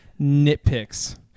Nitpicks